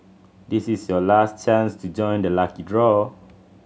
this is your last chance to join the lucky draw